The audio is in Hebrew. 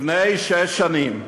לפני שש שנים.